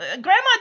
grandma